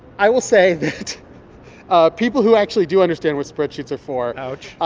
i will say that ah people who actually do understand what spreadsheets are for. ouch.